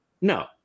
No